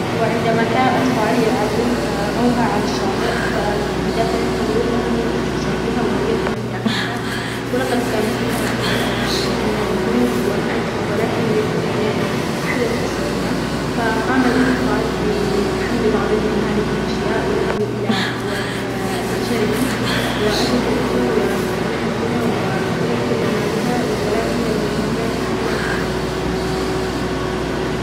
وعندما كان الأطفال يلعبون رأوها على الشاطئ فبدافع الفضول ذهبوا لاستكشافها ورؤية ما بداخلها، ولقد كان فيها العديد من الكنوز والأكل، ولكن لم يكن هناك أحدًا في السفينة، فقام الأطفال بحمل بعضًا من هذه الأشياء وذهبوا إلى و أسرهم، وأتت الأسر وسحبوا السفينة وأخذوا كل ما بها ولكن لم يكن هناك أحدًا فيها.